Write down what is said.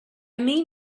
mean